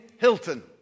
Hilton